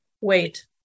wait